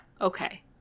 Okay